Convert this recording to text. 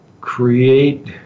Create